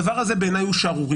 הדבר הזה בעיניי הוא שערורייה,